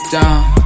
down